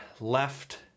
left